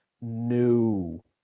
new